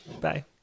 Bye